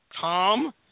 Tom